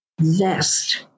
vest